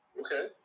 Okay